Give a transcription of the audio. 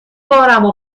بارمو